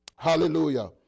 Hallelujah